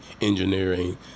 engineering